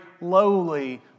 lowly